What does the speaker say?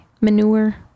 manure